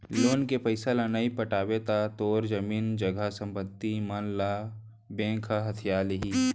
loan के पइसा ल नइ पटाबे त तोर जमीन जघा संपत्ति मन ल बेंक ह हथिया लिही